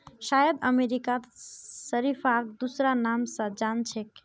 शायद अमेरिकात शरीफाक दूसरा नाम स जान छेक